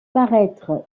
paraître